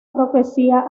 profecía